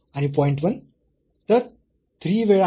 1 तर 3 वेळा हा 0